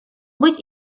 быть